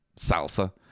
salsa